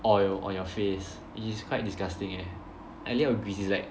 on your on your face is quite disgusting eh like that will be like